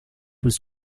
was